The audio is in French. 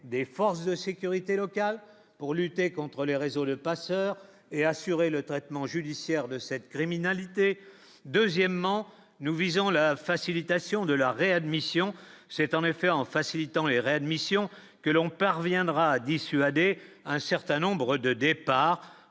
des forces de sécurité local pour lutter contre les réseaux de passeurs et assurer le traitement judiciaire de cette. Criminalité, deuxièmement, nous visons la facilitation de la réadmission, c'est en effet en facilitant les réadmissions que l'on parviendra à dissuader un certain nombre de départs